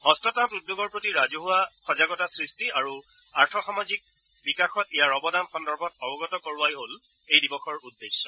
হস্ততাঁত উদ্যোগৰ প্ৰতি ৰাজহুৱা সজাগতা সৃষ্টি আৰু আৰ্থ সামাজিক বিকাশত ইয়াৰ অৱদান সন্দৰ্ভত অৱগত কৰোৱাই হল এই দিৱসৰ উদ্দেশ্য